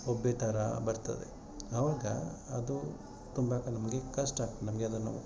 ಬೊಬ್ಬೆ ಥರ ಬರ್ತದೆ ಆವಾಗ ಅದು ತುಂಬ ನಮಗೆ ಕಷ್ಟ ಆಗ್ತದೆ ನಮಗೆ ಅದನ್ನು